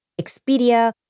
Expedia